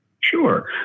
Sure